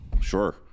sure